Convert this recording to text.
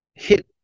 hit